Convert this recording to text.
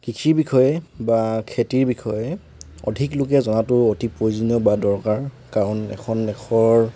কৃষি বিষয়ে বা খেতিৰ বিষয়ে অধিক লোকে জনাটো অতি প্ৰয়োজনীয় বা দৰকাৰ কাৰণ এখন দেশৰ